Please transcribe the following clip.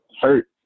hurt